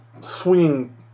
swinging